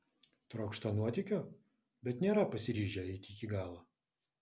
trokšta nuotykio bet nėra pasiryžę eiti iki galo